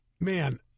Man